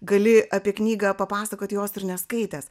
gali apie knygą papasakot jos ir neskaitęs